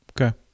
Okay